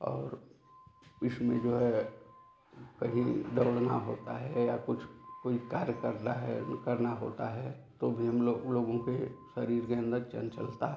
और इसमें जो है कहीं दौड़ना होता है या कुछ कोई कार्य करना है करना होता है तो भी हम लोग ऊ लोगों के शरीर के अंदर चंचलता